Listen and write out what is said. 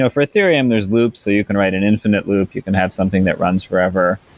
so for ethereum there is loops so you can write an infinite loop, you can have something that runs forever.